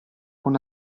con